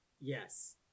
Yes